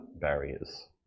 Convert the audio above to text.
barriers